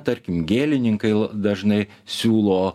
tarkim gėlininkai dažnai siūlo